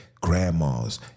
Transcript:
grandmas